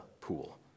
pool